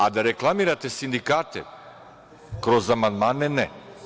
A da reklamirate sindikate kroz amandmane – ne.